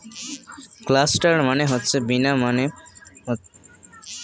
cluster bean মানে হচ্ছে গুচ্ছ শিম যেটা একটা পুষ্টিকর সবজি